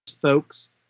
folks